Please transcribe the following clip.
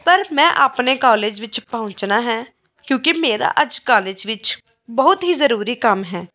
ਪਰ ਮੈਂ ਆਪਣੇ ਕੋਲੇਜ ਵਿੱਚ ਪਹੁੰਚਣਾ ਹੈ ਕਿਉਂਕਿ ਮੇਰਾ ਅੱਜ ਕਾਲਜ ਵਿੱਚ ਬਹੁਤ ਹੀ ਜ਼ਰੂਰੀ ਕੰਮ ਹੈ